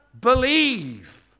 believe